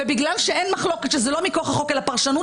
ובגלל שאין מחלוקת שזה לא מכוח החוק אלא פרשנות